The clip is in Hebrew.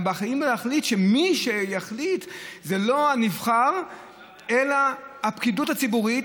ובאים להחליט שמי שיחליט זה לא הנבחר אלא הפקידות הציבורית.